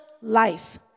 life